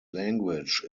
language